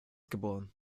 geboren